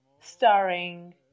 starring